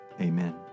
Amen